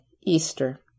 Easter